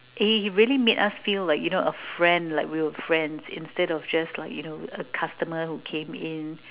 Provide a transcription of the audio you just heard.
he he really made us feel like you know a friend like we were friends instead of just like you know a customer who came in